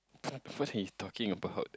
first his talking about